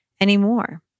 anymore